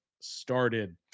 started